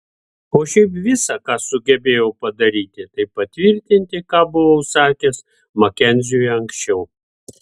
o šiaip visa ką sugebėjau padaryti tai patvirtinti ką buvau sakęs makenziui anksčiau